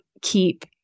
keep